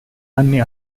anni